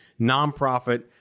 nonprofit